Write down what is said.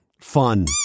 fun